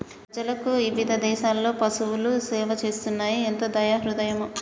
ప్రజలకు ఇవిధ దేసాలలో పసువులు సేవ చేస్తున్నాయి ఎంత దయా హృదయమో